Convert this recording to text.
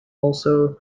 also